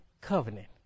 covenant